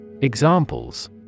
Examples